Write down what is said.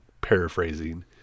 paraphrasing